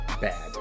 bad